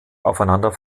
aufeinander